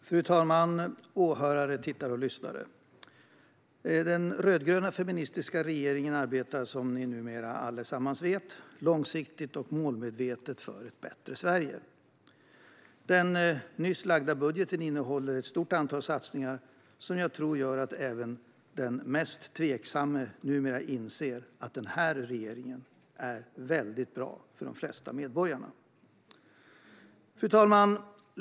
Fru talman, åhörare, tittare och lyssnare! Den rödgröna feministiska regeringen arbetar, som ni numera allesammans vet, långsiktigt och målmedvetet för ett bättre Sverige. Den nyss lagda budgeten innehåller ett stort antal satsningar som jag tror gör att även den mest tveksamme numera inser att den här regeringen är väldigt bra för de flesta medborgare. Fru talman!